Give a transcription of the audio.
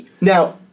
Now